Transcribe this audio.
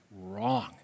wrong